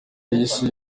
yahize